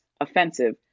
offensive